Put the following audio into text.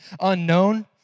unknown